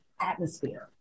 atmosphere